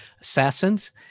Assassins